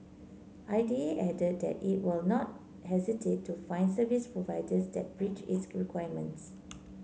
I D A added that it will not hesitate to fine service providers that breach its requirements